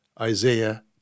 Isaiah